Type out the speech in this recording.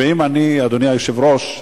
אדוני היושב-ראש,